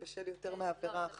בשל יותר מעבירה אחת.